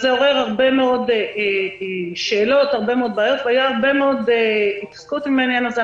זה עורר הרבה מאוד שאלות ובעיות והייתה הרבה מאוד התעסקות בעניין הזה.